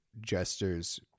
gestures